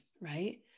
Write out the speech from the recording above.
Right